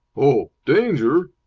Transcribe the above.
oh, danger!